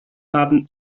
haben